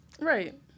right